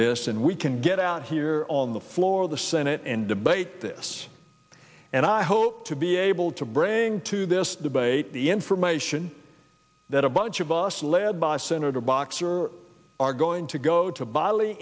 this and we can get out here on the floor of the senate and debate this and i hope to be able to bring to this debate the information that a bunch of us led by senator boxer are going to go to bali